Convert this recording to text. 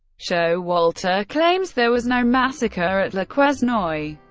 showalter claims there was no massacre at le quesnoy.